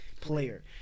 player